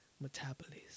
Metabolism